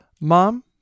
Mom